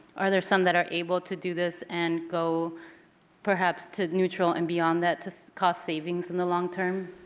are there some that are able to do this and go perhaps to neutral and beyond that to cost savings in the long term?